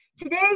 today